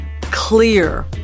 clear